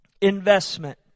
investment